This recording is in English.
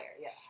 Yes